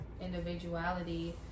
individuality